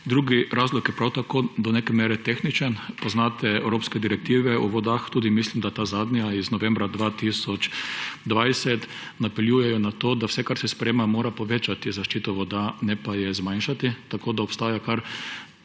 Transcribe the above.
Drugi razlog je prav tako do neke mere tehničen. Poznate evropske direktive o vodah, tudi – mislim, da ta zadnja iz novembra 2020 –, napeljujejo na to, da vse, kar se sprejema, mora povečati zaščito voda, ne pa je zmanjšati. Tako obstaja